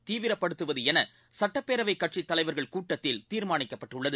தீவிரப்படுத்துவதுஎனசட்டப்பேரவைக் கட்சித் தலைவர்கள் கூட்டத்தில் தீர்மானிக்கப்பட்டுள்ளது